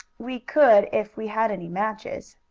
we could if we had any matches.